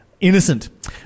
innocent